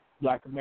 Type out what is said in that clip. Black